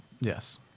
Yes